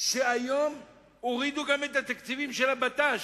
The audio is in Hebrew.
שכן היום הורידו גם את התקציבים של הבט"ש?